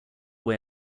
way